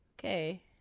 okay